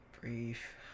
Brief